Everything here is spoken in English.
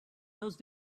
those